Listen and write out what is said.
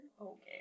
Okay